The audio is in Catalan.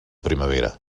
primavera